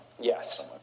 Yes